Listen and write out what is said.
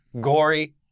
gory